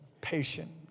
patient